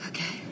Okay